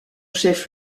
chef